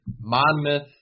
Monmouth